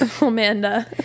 Amanda